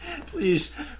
Please